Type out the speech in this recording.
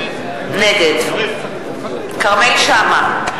נגד כרמל שאמה,